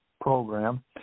program